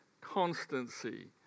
constancy